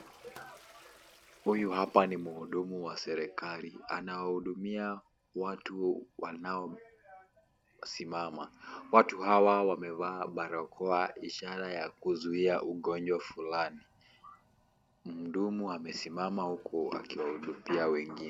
Huyu hapa ni mhudumu wa serikali, anahudumia watu wanaosimama, watu hawa wamevaa barakoa ishara ya kuzuia ugonjwa fulani, mhudumu amesimama huku akiwahudumia wengine.